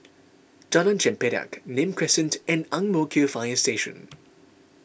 Jalan Chempedak Nim Crescent and Ang Mo Kio Fire Station